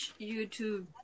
YouTube